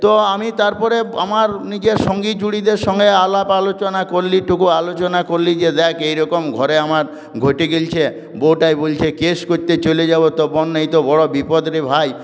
তো আমি তারপরে আমার নিজের সঙ্গী জুড়িদের সঙ্গে আলাপ আলোচনা করলি একটুকু আলোচনা করলি যে দেখ এইরকম ঘরে আমার ঘটে গেইলছে বউটায় বইলছে কেস করতে চলে যাবো তখন এই তো বড় বিপদ রে ভাই